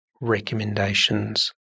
recommendations